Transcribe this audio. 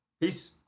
Peace